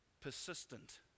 persistent